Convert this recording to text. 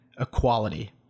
equality